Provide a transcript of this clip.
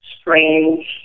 strange